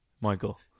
Michael